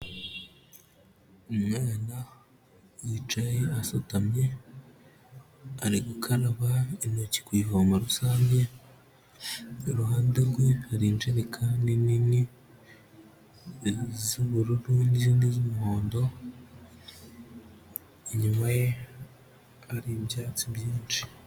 Umwana yicaye asutamye, ari gukaraba intoki ku ivoma rusange, iruhande rwe hari injerekani nini z'ubururu n'izindi z'umuhondo, inyuma ye hari ibyatsi byinshi.